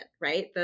right